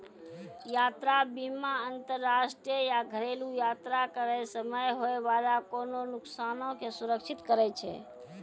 यात्रा बीमा अंतरराष्ट्रीय या घरेलु यात्रा करै समय होय बाला कोनो नुकसानो के सुरक्षित करै छै